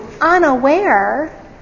unaware